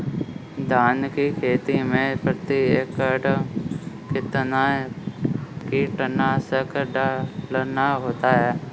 धान की खेती में प्रति एकड़ कितना कीटनाशक डालना होता है?